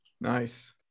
Nice